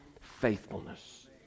faithfulness